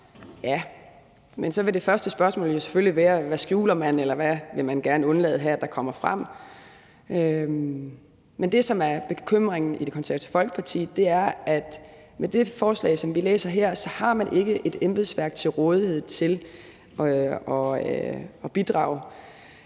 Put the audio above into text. Ja, men så vil det første spørgsmål jo selvfølgelig være, hvad man skjuler, eller hvad man gerne vil undgå kommer frem. Men det, som er bekymringen i Det Konservative Folkeparti, er, at med det forslag, som vi læser her, så har man ikke et embedsværk til rådighed til at bidrage